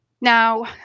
Now